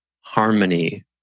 harmony